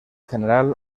general